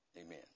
Amen